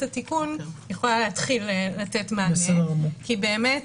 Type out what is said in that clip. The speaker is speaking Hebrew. התיקון יכולה להתחיל לתת מענה הזה כי באמת